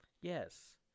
Yes